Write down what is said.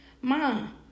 mom